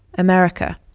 america.